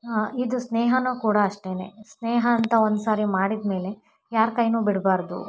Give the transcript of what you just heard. ಇದು ಸ್ನೇಹಾನು ಕೂಡ ಅಷ್ಟೇ ಸ್ನೇಹ ಅಂತ ಒಂದು ಸಾರಿ ಮಾಡಿದ ಮೇಲೆ ಯಾರ ಕೈನೂ ಬಿಡಬಾರ್ದು